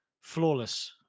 flawless